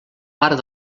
part